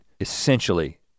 essentially